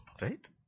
right